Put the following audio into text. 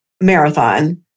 marathon